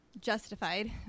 justified